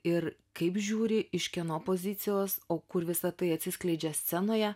ir kaip žiūri iš kieno pozicijos o kur visa tai atsiskleidžia scenoje